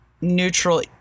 neutral